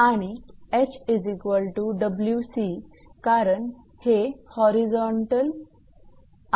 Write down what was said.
तर 𝑉𝑊𝑠 आणि 𝐻𝑊𝑐 कारण हे होरिझोंतल आहे